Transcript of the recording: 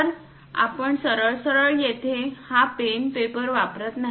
तर आपण सरळ सरळ तिथे हा पेन पेपर वापरत नाही